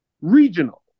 regional